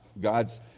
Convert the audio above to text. God's